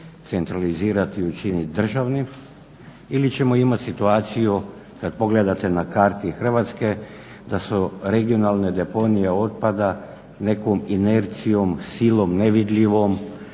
centralizirat i učinit državnim ili ćemo imat situaciju kad pogledate na karti Hrvatske da su regionalne deponije otpada nekom inercijom, silom nevidljivom